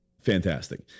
fantastic